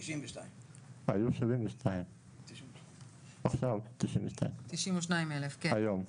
92. היו 72. עכשיו 92. 92,000. היום.